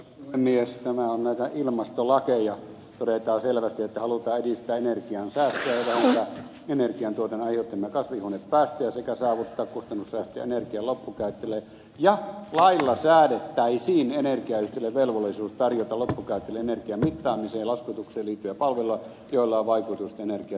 tämä on näitä ilmastolakeja todetaan selvästi että halutaan edistää energiansäästöä ja vähentää energiantuotannon aiheuttamia kasvihuonepäästöjä sekä saavuttaa kustannussäästöjä energian loppukäyttäjälle ja lailla säädettäisiin energiayhtiöille velvollisuus tarjota loppukäyttäjälle energian mittaamiseen ja laskutukseen liittyviä palveluja joilla on vaikutusta energiatehokkuuden parantumiseen